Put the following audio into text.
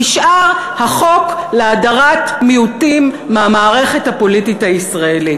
נשאר החוק להדרת מיעוטים מהמערכת הפוליטית הישראלית.